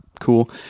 cool